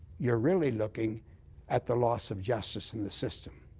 you're really looking at the loss of justice in the system.